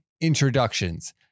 introductions